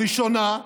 הראשונה,